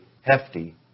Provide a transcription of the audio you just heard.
hefty